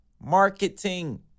marketing